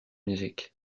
music